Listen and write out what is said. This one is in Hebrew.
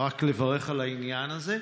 רק לברך על העניין הזה.